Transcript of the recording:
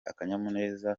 akanyamuneza